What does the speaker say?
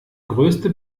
größte